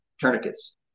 tourniquets